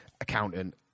accountant